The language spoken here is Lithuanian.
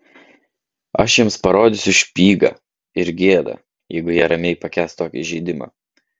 aš jiems parodysiu špygą ir gėda jeigu jie ramiai pakęs tokį įžeidimą